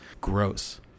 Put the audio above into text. gross